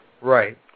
Right